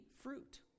fruit